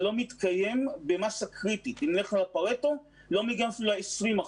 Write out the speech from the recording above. זה לא מתקיים במסה קריטית, זה לא מגיע ל-20%.